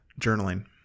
journaling